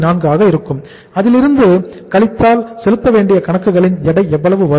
4 ஆக இருக்கும் அதிலிருந்து கழித்தால் செலுத்தவேண்டிய கணக்குகளில் எடை எவ்வளவு வரும்